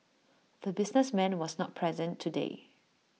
the businessman was not present today